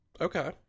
Okay